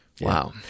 Wow